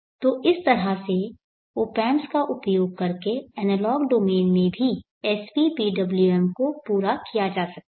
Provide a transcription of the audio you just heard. तो इस तरह से ऑप एम्प्स का उपयोग करके एनालॉग डोमेन में भी svpwm को पूरा किया जा सकता है